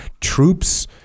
troops